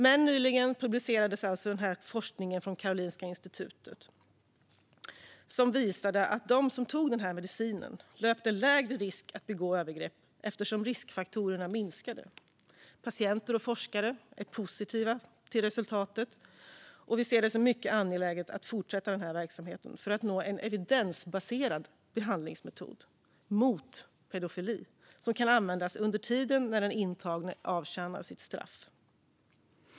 Men nyligen publicerades alltså forskningsresultat från Karolinska institutet som visade att de som tog den här medicinen löpte lägre risk att begå övergrepp, eftersom riskfaktorerna minskade. Patienter och forskare är positiva till resultatet, och vi ser det som mycket angeläget att fortsätta den verksamheten för att nå en evidensbaserad behandlingsmetod mot pedofili som kan användas under tiden som den intagne avtjänar sitt straff.